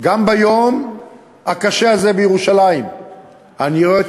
גם ביום הקשה הזה בירושלים אני רואה את